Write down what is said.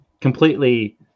completely